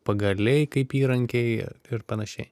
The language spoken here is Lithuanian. pagaliai kaip įrankiai ir panašiai